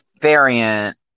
variant